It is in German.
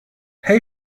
hey